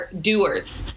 doers